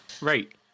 right